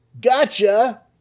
gotcha